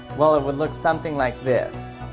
well, it would look something like this